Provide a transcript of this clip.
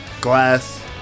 glass